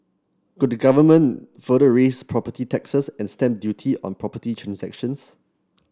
could the Government further raise property taxes and stamp duty on property transactions